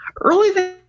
Early